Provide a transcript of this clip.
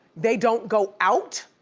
they don't go out.